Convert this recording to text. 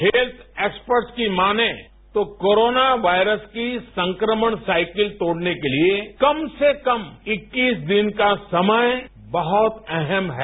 हेत्य expert की माने तो कोरोना वायसस की संक्रमण साइकिल तोड़ने के लिए कम से कम इक्कीस दिन का समय बहुत अहम है